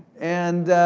and,